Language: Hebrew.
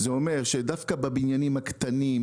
זה אומר שדווקא בבניינים הקטנים,